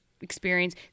experience